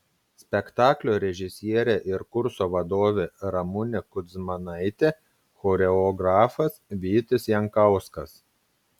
spektaklio režisierė ir kurso vadovė ramunė kudzmanaitė choreografas vytis jankauskas